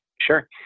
Sure